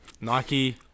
Nike